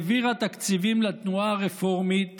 העבירה תקציבים לתנועה הרפורמית